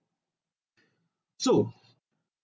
so